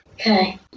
Okay